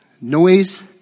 noise